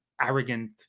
arrogant